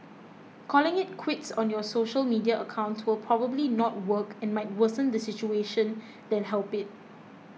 calling it quits on your social media accounts will probably not work and might worsen the situation than help it